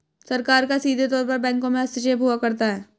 सरकार का सीधे तौर पर बैंकों में हस्तक्षेप हुआ करता है